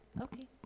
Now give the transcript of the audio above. Okay